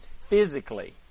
physically